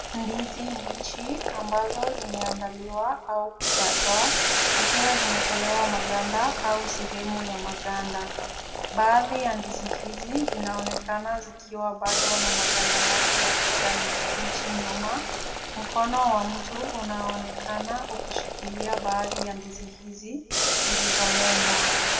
Ndizi mbichi ambazo zimeandaliwa au kukatwa, zikiwa zimetolewa maganda au sehemu ya maganda. Baadhi ya ndizi hizi zinaonekana zikiwa bado na maganda yake ya kijani kibichi nyuma. Mkono wa mtu unaonekana ukishikilia baadhi ya ndizi hizi zilizomenywa.